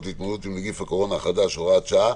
להתמודדות עם נגיף הקורונה החדש (הוראת שעה)